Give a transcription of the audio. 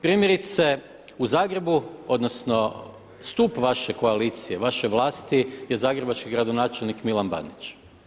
Primjerice u Zagrebu, odnosno stup vaše koalicije, vaše vlasti je zagrebački gradonačelnik Milan Bandić.